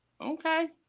Okay